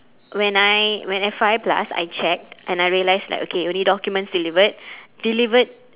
when I when at five plus I checked and I realised like okay only documents delivered delivered